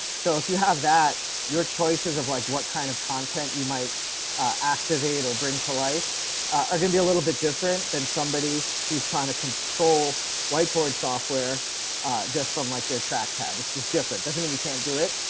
so if you have that your choices of like what kind of content. you might activate or bring to life are going to be a little bit different than somebody who's trying to control whiteboard software. reshan richards just from like their trackpad, it's just different doesn't mean you can't do it,